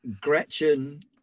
gretchen